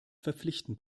verpflichtend